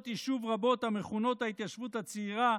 יישוב רבות המכונות "ההתיישבות הצעירה",